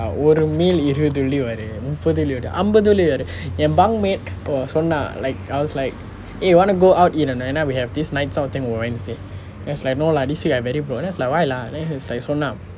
ஒரு:oru meal இருவது வெள்ளி வருது முப்பது வெள்ளி வேற ஐம்பது வெள்ளி வர என்:iruvathu velli varuthu mooppathu velli vera ainbathu velli vara en bunk mate இப்போ சொன்னான்:ippo sonnaan like I was like eh wanna go out eat or not ஏனா:aenaa we have this nights out thing on wednesday then he was like no lah this week I very broke then I was like why lah then he is like சொன்னான்:sonnaan